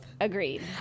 Agreed